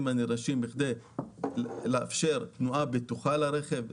הנדרשים כדי לאפשר תנועה בטוחה של הרכב,